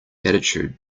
attitude